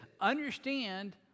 understand